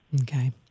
Okay